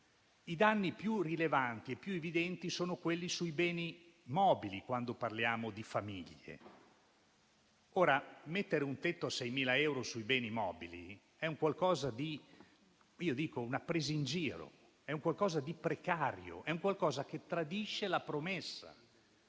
i danni più rilevanti e più evidenti sono quelli sui beni mobili, quando parliamo di famiglie. Ora mettere un tetto di 6.000 euro sui beni mobili è una presa in giro, qualcosa di precario che tradisce la promessa.